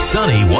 Sunny